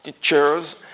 chairs